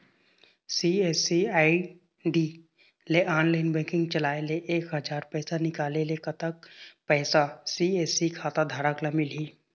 CSC ID ले online banking चलाए ले एक हजार पैसा निकाले ले कतक पैसा सी.एस.सी खाता धारक ला मिलही?